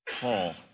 Paul